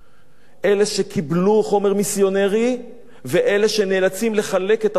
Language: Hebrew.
אלה שקיבלו חומר מיסיונרי ואלה שנאלצים לחלק את החומר המיסיונרי.